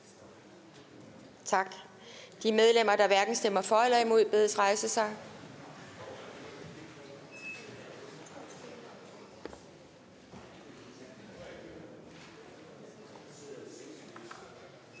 Tak. De medlemmer, der hverken stemmer for eller imod, bedes rejse sig.